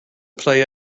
play